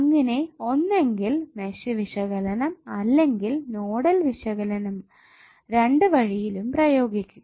അങ്ങിനെ ഒന്നെങ്കിൽ മെഷ് വിശകലനം അല്ലെങ്കിൽ നോഡൽ വിശകലനം രണ്ടു വഴിയിലും പ്രയോഗിക്കുക